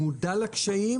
מודע לקשיים,